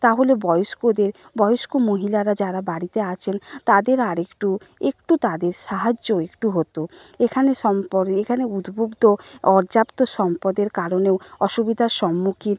তাহলে বয়স্কদের বয়স্ক মহিলারা যারা বাড়িতে আছেন তাদের আর একটু একটু তাদের সাহায্য একটু হতো এখানে সম্পরে এখানে উদ্বদ্ধ অর্যাপ্ত সম্পদের কারণেও অসুবিধার সম্মুখীন